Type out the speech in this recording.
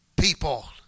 people